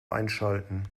einschalten